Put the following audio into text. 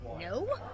No